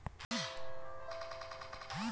किरसी हर जेतना पोठ होही उहां रोजगार बगरा मिलथे